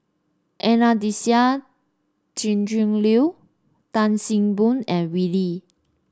Anastasia Tjendri Liew Tan See Boo and Wee Lin